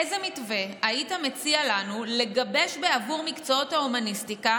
איזה מתווה היית מציע לנו לגבש בעבור מקצועות ההומניסטיקה